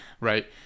right